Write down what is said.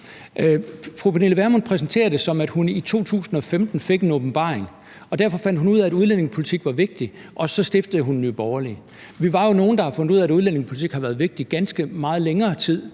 Fru Pernille Vermund præsenterer det, som at hun i 2015 fik en åbenbaring, og derfor fandt hun ud af, at udlændingepolitik var vigtigt, og så stiftede hun Nye Borgerlige. Vi er jo nogle, der har fundet ud af, at udlændingepolitik er vigtigt, betydelig længere